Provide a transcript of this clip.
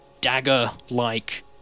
dagger-like